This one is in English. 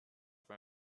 from